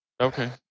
okay